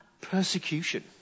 Persecution